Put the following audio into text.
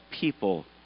people